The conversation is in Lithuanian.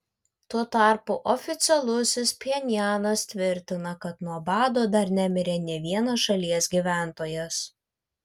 tuo tarpu oficialusis pchenjanas tvirtina kad nuo bado dar nemirė nė vienas šalies gyventojas